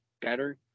better